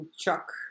Chuck